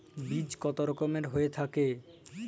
বীজ কত রকমের হয়ে থাকে?